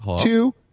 two